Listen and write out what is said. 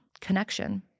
connection